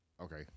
okay